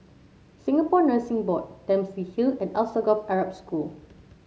Singapore Nursing Board Dempsey Hill and Alsagoff Arab School